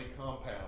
compound